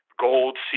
gold